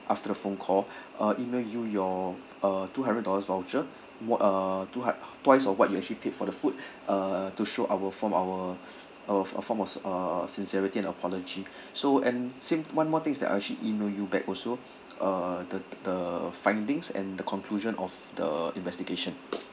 after the phone call uh email you your uh two hundred dollars voucher what uh twi~ twice of what you actually paid for the food uh to show our form our our a form of uh sincerity and apology so and same one more things that I'll actually email you back also uh the the findings and the conclusion of the investigation